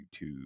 YouTube